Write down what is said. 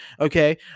okay